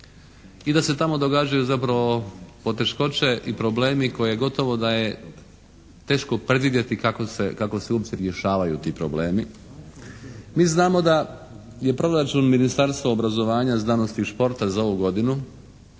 i da se tamo događaju zapravo poteškoće i problemi koje gotovo da je teško predvidjeti kako se uopće rješavaju ti problemi. Mi znamo da je proračun Ministarstva obrazovanja, znanosti i športa za ovu godinu